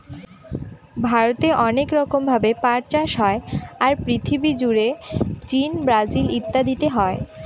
ভারতে অনেক রকম ভাবে পাট চাষ হয়, আর পৃথিবী জুড়ে চীন, ব্রাজিল ইত্যাদিতে হয়